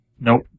Nope